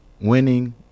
winning